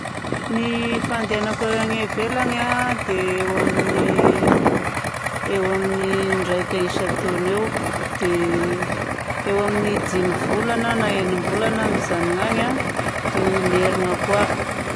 Ny fandehanako agny ivelany a dia eo amin'ny, eo amin'ny indraika isan-taona eo. Dia eo amin'ny dimy volana na enim-bolana aho mijanona agny dia miherigna koa.